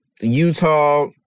Utah